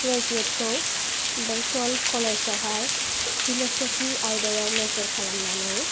graduate खौ बेंथल कलेजआवहाय पिलसपि आयदायाव मेजर खालामनानै